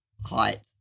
height